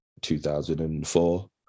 2004